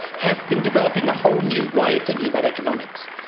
have been developing a whole new way of thinking about economics,